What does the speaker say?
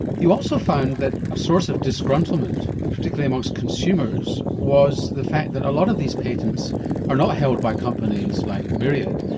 you also found that a source of disgruntlement, particularly amongst consumers was the fact that a lot of these patents are not held by companies like myriad,